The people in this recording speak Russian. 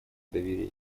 доверие